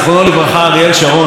אני מאמין לך,